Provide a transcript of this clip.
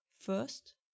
First